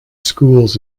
schools